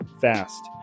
fast